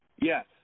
Yes